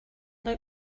look